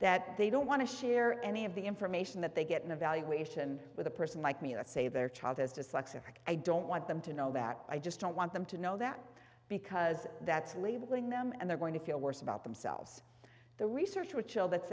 that they don't want to share any of the information that they get an evaluation with a person like me that say their child is dyslexic i don't want them to know that i just don't want them to know that because that's labeling them and they're going to feel worse about themselves the research which oh that's